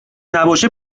نباشه